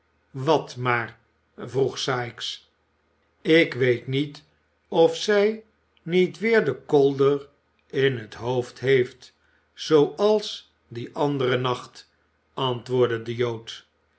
wat maar vroeg sikes ik weet niet of zij niet weer den kolder in het hoofd heeft zooals dien anderen nacht antwoordde de jood